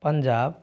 Punjab